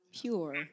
pure